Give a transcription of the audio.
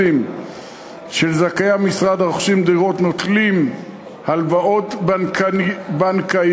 של זכאי המשרד הרוכשים דירות נוטלים הלוואות בנקאיות,